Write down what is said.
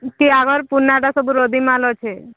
ଟିକେ ଆଗର ପୁରଣାଟା ସବୁ ରଦ୍ଦି ମାଲ ଅଛି